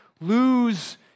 lose